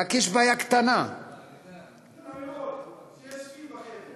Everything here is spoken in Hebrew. רק יש בעיה קטנה, שיש פיל בחדר.